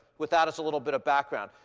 with that as a little bit of background.